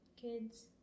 kids